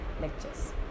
lectures